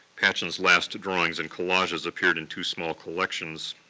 patchen's last drawings and collages appeared in two small collections,